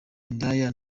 indaya